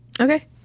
okay